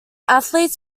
athletes